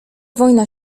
wojna